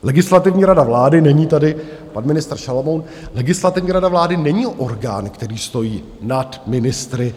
Legislativní rada vlády, není tady pan ministr Šalomoun, Legislativní rada vlády není orgán, který stojí nad ministry.